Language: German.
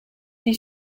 die